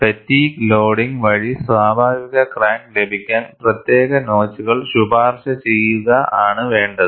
fatigue loading വഴി സ്വാഭാവിക crack ലഭിക്കാൻ പ്രത്യേക നോച്ചുകൾ ശുപാർശ ചെയ്യുക ആണ് വേണ്ടത്